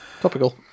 topical